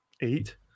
eight